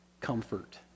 comfort